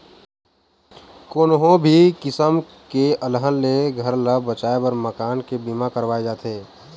कोनो भी किसम के अलहन ले घर ल बचाए बर मकान के बीमा करवाए जाथे